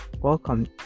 welcome